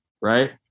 Right